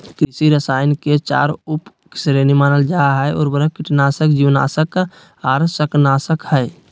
कृषि रसायन के चार उप श्रेणी मानल जा हई, उर्वरक, कीटनाशक, जीवनाशक आर शाकनाशक हई